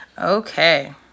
okay